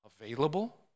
available